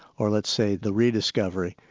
or let's say the rediscovery,